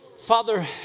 Father